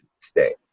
stay